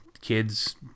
kids